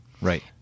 Right